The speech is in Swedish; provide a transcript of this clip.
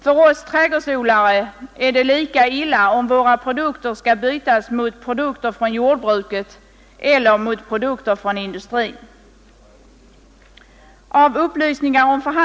För oss trädgårdsodlare är det lika illa om våra produkter skall bytas mot produkter från jordbruket eller mot produkter från industrin.